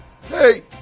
Hey